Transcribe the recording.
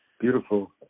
beautiful